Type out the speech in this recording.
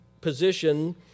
position